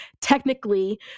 technically